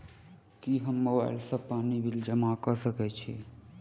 की हम मोबाइल सँ पानि बिल जमा कऽ सकैत छी?